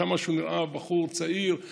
כמה שהוא נראה בחור צעיר,